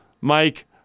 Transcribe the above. Mike